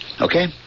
okay